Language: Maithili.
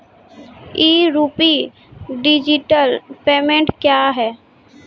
ई रूपी डिजिटल पेमेंट क्या हैं?